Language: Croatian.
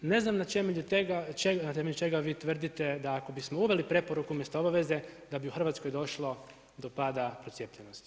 Ne znam na temelju čega vi tvrdite da ako bismo uveli preporuku umjesto obaveze da bi u Hrvatskoj došlo do pada procijepljenosti.